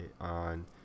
on